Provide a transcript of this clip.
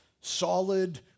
solid